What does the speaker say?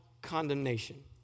condemnation